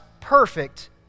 perfect